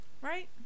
right